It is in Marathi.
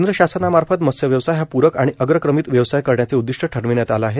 केंद्र शासनामार्फत मत्स्य व्यवसाय हा पूरक आणि अग्रक्रमित व्यवसाय करण्याचे उददिष्ट ठरविण्यात आलं आहे